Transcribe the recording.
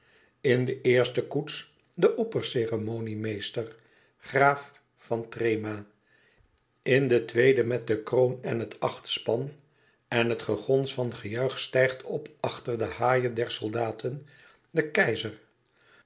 in de eerste koets de opperceremoniemeester graaf de threma in de tweede met de kroon en het achtspan en het gegons van gejuich stijgt op achter de haie der soldaten de keizer